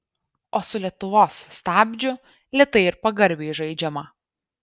o su lietuvos stabdžiu lėtai ir pagarbiai žaidžiama